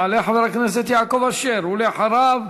יעלה חבר הכנסת יעקב אשר, ואחריו,